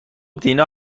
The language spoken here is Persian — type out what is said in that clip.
دینا